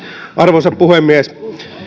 arvoisa puhemies